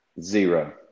Zero